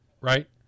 right